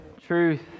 Truth